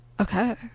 Okay